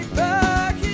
back